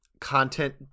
content